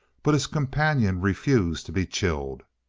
but his companion refused to be chilled.